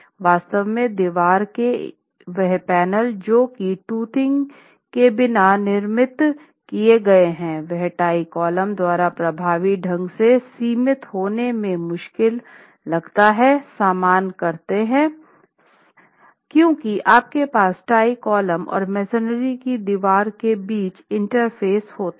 वास्तव में दीवार के वह पैनल जो कि टूटिंग के बिना निर्मित किए गए हैं वह टाई कॉलम द्वारा प्रभावी ढंग से सीमित होने में मुश्किल लगता है सामना करते हैं क्योंकि आपके पास टाई कॉलम और मेसनरी की दीवार के बीच इंटरफ़ेस होता है